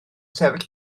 sefyll